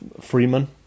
freeman